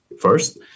first